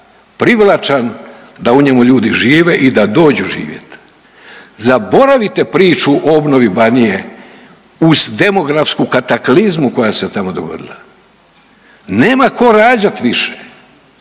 privlačan da u njemu ljudi žive i da dođu živjeti. Zaboravite priču o obnovi Banije uz demografsku kataklizmu koja se tamo dogodila. Nema tko rađat više,